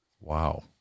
Wow